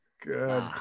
Good